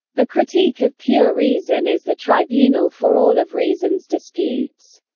the critique of pure reason is the tribunal for all of reason's disputes.